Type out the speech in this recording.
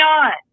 on